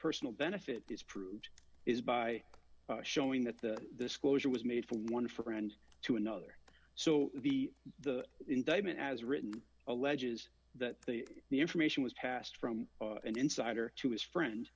personal benefit is proved is by showing that the this closure was made from one friend to another so be the indictment as written alleges that the information was passed from an insider to his friend